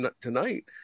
tonight